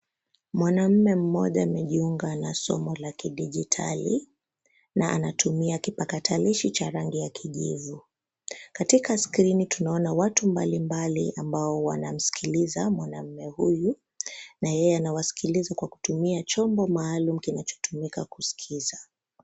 Mwanamume mmoja amejiunga na somo la kidijitali na anatumia kipakatalishi cha rangi ya kijivu. Katika skrini tunaona watu mbalimbali ambao wanamskiliza mwanaume huyu na yeye anawasikiliza kwa kutumia chombo maalum kinachotumika kuskiza.